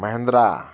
Mahindra